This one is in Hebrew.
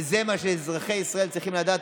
וזה מה שאזרחי ישראל צריכים לדעת,